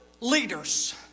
leaders